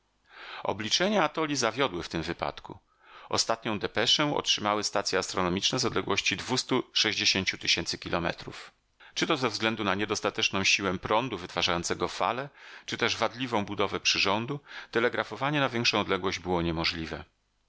obliczenia atoli zawiodły w tym wypadku ostatnią depeszę otrzymały stacje astronomiczne z odległości dwustu sześćdziesięciu tysięcy kilometrów czy to ze względu na niedostateczną siłę prądu wytwarzającego fale czy też wadliwą budowę przyrządu telegrafowanie na większą odległość było niemożliwe